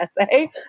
essay